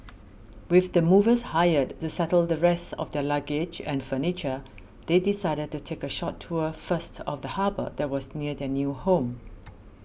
with the movers hired to settle the rest of their luggage and furniture they decided to take a short tour first of the harbour that was near their new home